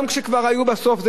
גם כשכבר היו בסוף.